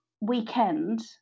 weekend